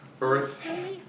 Earth